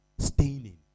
Staining